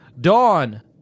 Dawn